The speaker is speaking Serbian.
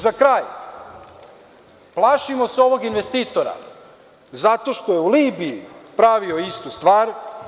Za kraj, plašimo se ovog investitora zato što je u Libiji pravio istu stvar.